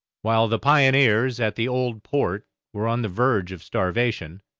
while the pioneers at the old port were on the verge of starvation,